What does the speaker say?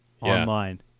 online